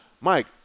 Mike